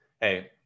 hey